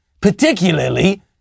particularly